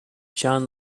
john